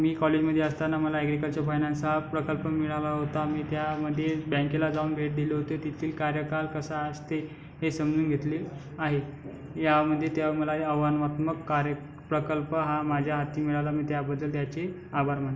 मी कॉलेजमधे असताना मला अॅग्रीकल्चर फायनॅन्स हा प्रकल्प मिळाला होता मी त्यामधे बँकेला जाऊन भेट दिली होती तेथील कार्यकाल कसा असते हे समजून घेतले आहे यामधे तेव्हा मला हे आव्हानात्मक कार्य प्रकल्प हा माझ्या हाती मिळाला मी त्याबद्दल त्याचे आभार मानतो